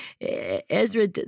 Ezra